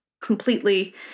completely